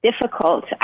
difficult